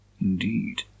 Indeed